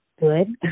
good